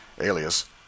alias